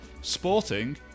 sporting